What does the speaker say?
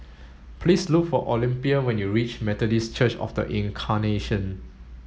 please look for Olympia when you reach Methodist Church Of The Incarnation